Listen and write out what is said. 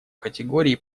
категории